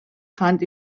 fand